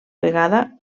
vegada